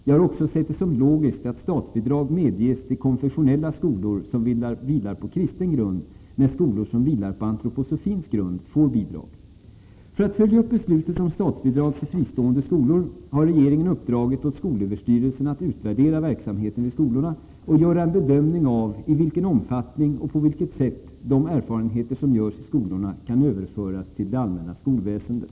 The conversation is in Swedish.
Jag har också sett det som logiskt att statsbidrag medges till konfessionella skolor som vilar på kristen grund när skolor som vilar på antroposofins grund får bidrag. För att följa upp beslutet om statsbidrag till fristående skolor har regeringen uppdragit åt SÖ att utvärdera verksamheten vid skolorna och göra en bedömning av i vilken omfattning och på vilket sätt de erfarenheter som görs i skolorna kan överföras till det allmänna skolväsendet.